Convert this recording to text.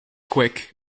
quick